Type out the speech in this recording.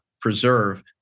preserve